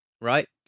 Right